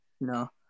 No